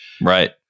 Right